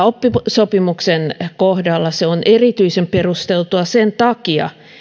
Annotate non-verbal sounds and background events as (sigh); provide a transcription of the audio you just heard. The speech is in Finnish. (unintelligible) oppisopimuksen kohdalla se on erityisen perusteltua sen takia